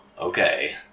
Okay